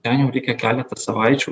ten jum reikia keletą savaičių